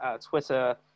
Twitter